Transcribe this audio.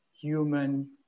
human